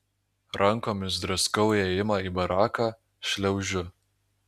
rankomis draskau įėjimą į baraką šliaužiu